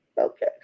Okay